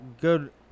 good